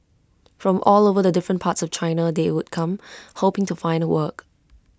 from all over the different parts of China they'd come hoping to find work